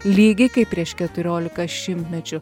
lygiai kaip prieš keturiolika šimtmečių